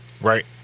Right